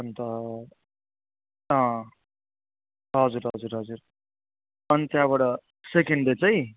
अन्त हजुर हजुर हजुर अनि त्यहाँबाट सेकेन्ड डे चाहिँ